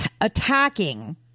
attacking